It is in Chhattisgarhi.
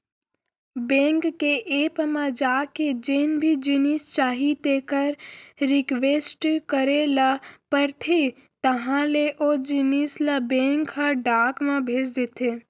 बेंक के ऐप म जाके जेन भी जिनिस चाही तेकर रिक्वेस्ट करे ल परथे तहॉं ले ओ जिनिस ल बेंक ह डाक म भेज देथे